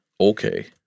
Okay